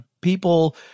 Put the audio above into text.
people